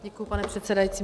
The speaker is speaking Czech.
Děkuji, pane předsedající.